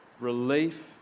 relief